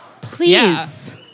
Please